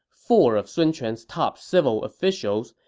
four of sun quan's top civil officials,